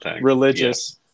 religious